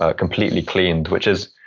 ah completely cleaned, which is,